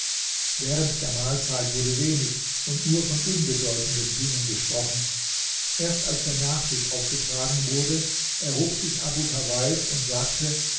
während der mahlzeit wurde wenig und nur von unbedeutenden dingen gesprochen erst als der nachtisch aufgetragen wurde erhob sich abu tawaif und sagte